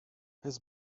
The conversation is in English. his